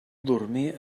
dormir